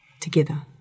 together